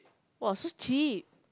!wah! so cheap